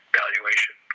valuation